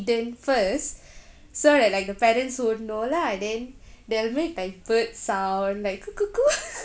hidden first so that like the parents won't know lah then they'll make like bird sound like coo coo coo